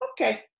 Okay